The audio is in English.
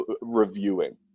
reviewing